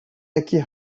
aqui